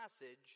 passage